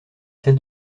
celle